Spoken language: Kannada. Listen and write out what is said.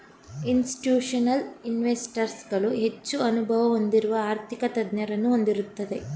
ಇನ್ಸ್ತಿಟ್ಯೂಷನಲ್ ಇನ್ವೆಸ್ಟರ್ಸ್ ಗಳು ಹೆಚ್ಚು ಅನುಭವ ಹೊಂದಿದ ಆರ್ಥಿಕ ತಜ್ಞರನ್ನು ಹೊಂದಿರುತ್ತದೆ